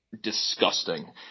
disgusting